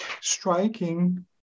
striking